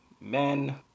men